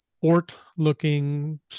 fort-looking